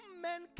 men